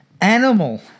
Animal